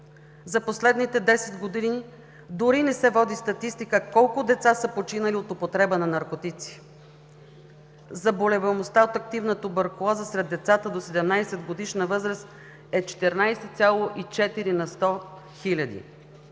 За последните десет години дори не се води статистика колко деца са починали от употреба на наркотици, заболеваемостта от активна туберкулоза сред децата до 17-годишна възраст е 14,4 на сто хиляди.